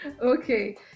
Okay